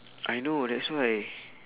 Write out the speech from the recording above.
I know that's why